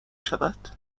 شود